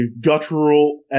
guttural